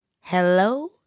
Hello